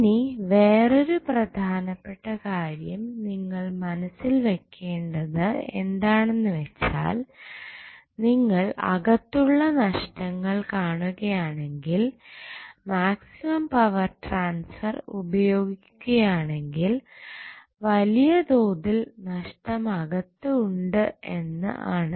ഇനി വേറൊരു പ്രധാനപ്പെട്ട കാര്യം നിങ്ങൾ മനസ്സിൽ വെക്കേണ്ടത് എന്താണെന്ന് വെച്ചാൽ നിങ്ങൾ അകത്തുള്ള നഷ്ടങ്ങൾ കാണുകയാണെങ്കിൽ മാക്സിമം പവർ ട്രാൻസ്ഫർ ഉപയോഗിക്കുകയാണെങ്കിൽ വലിയതോതിൽ നഷ്ടം അകത്തു ഉണ്ട് എന്ന് ആണ്